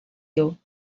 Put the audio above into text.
you